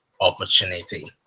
opportunity